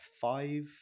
five